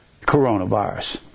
coronavirus